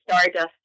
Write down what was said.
stardust